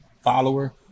follower